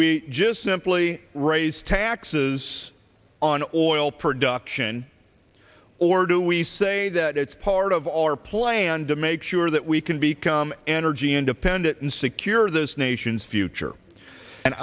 we just simply raise taxes on oil production or do we say that it's part of our plan to make sure that we can become energy independent and secure this nation's future and